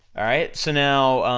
alright, so now,